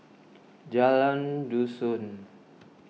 Jalan Dusun